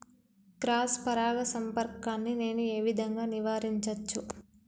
Cross పరాగ సంపర్కాన్ని నేను ఏ విధంగా నివారించచ్చు?